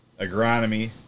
agronomy